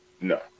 No